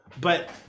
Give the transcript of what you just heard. but-